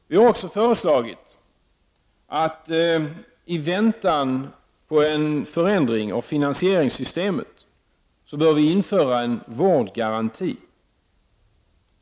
Vi har också föreslagit, i väntan på en förändring av finansieringssystemet, att det skall införas en vårdgaranti.